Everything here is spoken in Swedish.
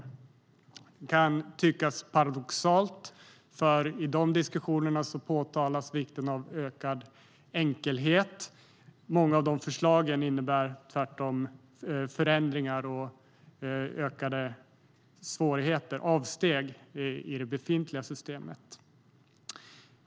Det kan tyckas paradoxalt, för i diskussionerna framhåller man vikten av ökad enkelhet, men många av förslagen innebär tvärtom förändringar och ökade avsteg från det befintliga systemet.